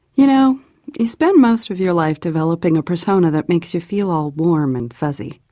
you know you spend most of your life developing a persona that makes you feel all warm and fuzzy.